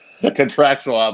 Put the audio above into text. Contractual